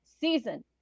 season